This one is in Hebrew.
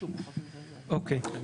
אוקיי.